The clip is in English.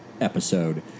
Episode